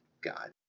God